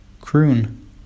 croon